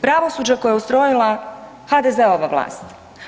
Pravosuđe koje je ustrojila HDZ-ova vlast,